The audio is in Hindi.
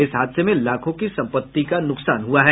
इस हादसे में लाखों की संपत्ति का नुकसान हुआ है